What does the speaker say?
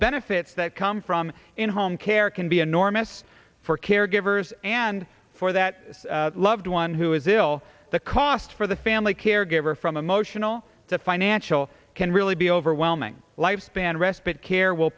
benefits that come from in home care can be enormous for caregivers and for that loved one who is ill the cost for the family caregiver from emotional to financial can really be overwhelming lifespan respite care w